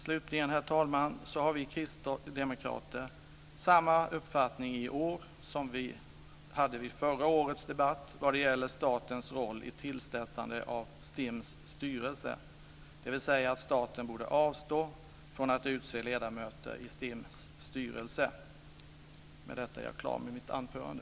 Slutligen, herr talman, har vi kristdemokrater samma uppfattning i år som vi hade vid förra årets debatt vad gäller statens roll vid tillsättande av STIM:s styrelse, dvs. att staten borde avstå från att utse ledamöter i STIM:s styrelse. Med detta är jag klar med mitt anförande.